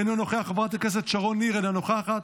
אינו נוכח, חברת הכנסת שרון ניר, אינה נוכחת,